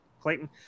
Clayton